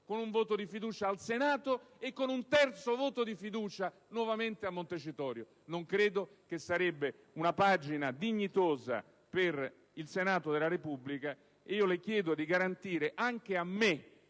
con un voto di fiducia al Senato, e con un terzo voto di fiducia nuovamente a Montecitorio. Non credo che sarebbe una pagina dignitosa per il Senato della Repubblica: le chiedo di garantire anche a me,